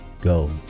go